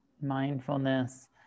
Mindfulness